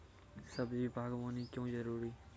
सब्जी बागवानी क्यो जरूरी?